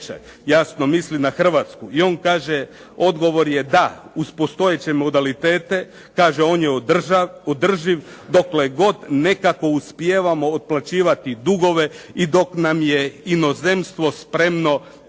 Jasno misli na Hrvatsku i on kaže: "Odgovor je da. Uz postojeće modalitete" kaže "on je održiv dokle god nekako uspijevamo otplaćivati dugove i dok nam je inozemstvo spremno